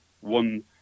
one